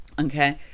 Okay